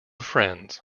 friends